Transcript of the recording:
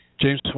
James